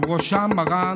ובראשם מרן